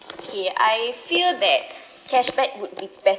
okay I feel that cashback would better